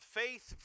faith